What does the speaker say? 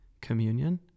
communion